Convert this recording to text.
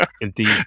Indeed